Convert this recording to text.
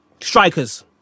Strikers